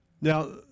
Now